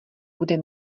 bude